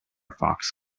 fox